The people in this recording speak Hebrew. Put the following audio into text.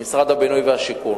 ממשרד הבינוי והשיכון